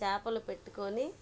చాపలు పెట్టుకోని